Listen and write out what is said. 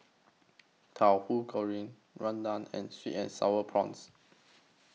Tauhu Goreng Rendang and Sweet and Sour Prawns